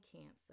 cancer